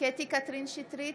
קטי קטרין שטרית,